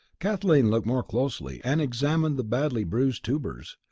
kathleen looked more closely, and examined the badly bruised tubers.